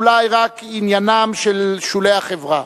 אולי רק עניינם של שולי החברה.